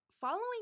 following